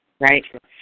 Right